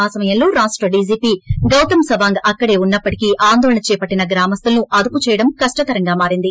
ఆ సమయంలో రాష్ట డిజిపి గౌతమ్ సవాంగ్ ఉన్న ప్పటికీ ఆందోళన చేపట్టిన గ్రామస్తులను అదుపు చేయడం చాల్తో కష్ణతరంగా మారింది